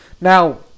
Now